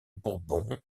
bourbon